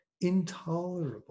intolerable